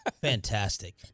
Fantastic